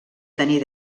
tenir